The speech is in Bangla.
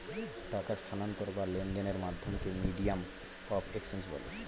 টাকার স্থানান্তর বা লেনদেনের মাধ্যমকে মিডিয়াম অফ এক্সচেঞ্জ বলে